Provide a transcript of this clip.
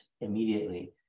immediately